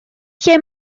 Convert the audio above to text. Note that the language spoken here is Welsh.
lle